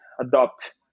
adopt